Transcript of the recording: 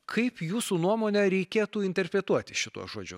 kaip jūsų nuomone reikėtų interpretuoti šituos žodžius